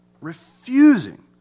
refusing